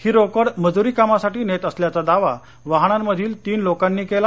ही रोकड मजूरी कामासाठी नेत असल्याचा दावा वाहनांमधील तीन लोकांनी केला